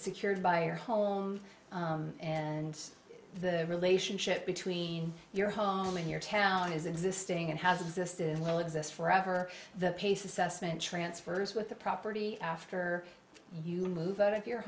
secured by your home and the relationship between your home in your town is existing and has existed and will exist forever the pace assessment transfers with the property after you move out of your